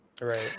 Right